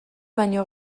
baino